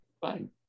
fine